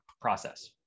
process